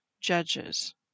Judges